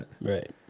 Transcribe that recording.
Right